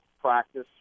practice